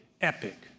epic